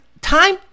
time